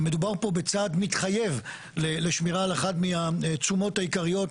מדובר פה בצעד מתחייב לשמירה על אחת מהתשומות העיקריות